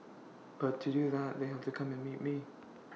but to do that they have to come and meet me